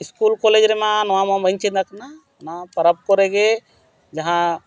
school college ᱨᱮᱢᱟ ᱱᱚᱣᱟ ᱢᱟ ᱵᱟᱹᱧ ᱪᱮᱫ ᱟᱠᱟᱱᱟ ᱚᱱᱟ ᱯᱚᱨᱚᱵᱽ ᱠᱚᱨᱮ ᱜᱮ ᱡᱟᱦᱟᱸ